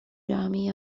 grammy